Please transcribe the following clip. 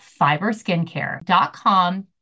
FiberSkincare.com